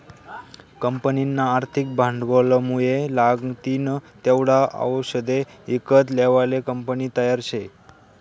कंपनीना आर्थिक भांडवलमुये लागतीन तेवढा आवषदे ईकत लेवाले कंपनी तयार शे